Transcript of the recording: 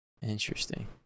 Interesting